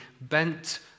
bent